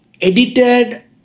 edited